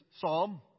psalm